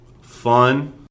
fun